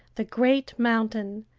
the great mountain,